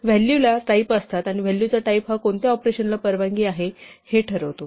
व्हॅलूला type असतात आणि व्हॅलूचा टाईप हा कोणत्या ऑपरेशन्सना परवानगी आहे हे ठरवतो